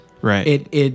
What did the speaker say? Right